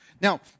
Now